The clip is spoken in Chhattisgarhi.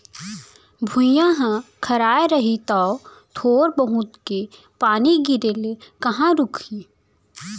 भुइयॉं ह खराय रही तौ थोर बहुत के पानी गिरे ले कहॉं रूकही